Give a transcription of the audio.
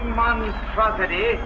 monstrosity